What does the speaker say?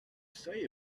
say